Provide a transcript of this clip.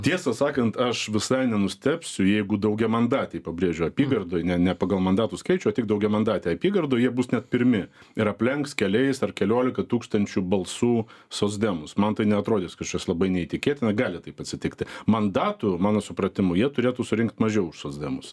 tiesą sakant aš visai nenustebsiu jeigu daugiamandatėj pabrėžiu apygardoj ne ne pagal mandatų skaičių o tik daugiamandatėj apygardoj jie bus net pirmi ir aplenks keliais ar keliolika tūkstančių balsų socdemus man tai neatrodys kažkas labai neįtikėtina gali taip atsitikti mandatų mano supratimu jie turėtų surinkt mažiau už socdemus